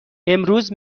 امروز